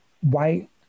white